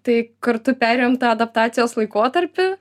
tai kartu perėjom tą adaptacijos laikotarpį